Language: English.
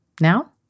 Now